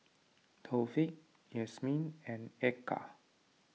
Taufik Yasmin and Eka